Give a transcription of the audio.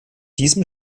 diesem